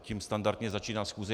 Tím standardně začíná schůze.